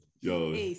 Yo